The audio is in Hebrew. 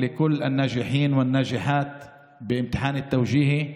(אומר בערבית: ברכות לאלה המצליחים בבחינות התאוג'יהי האלה.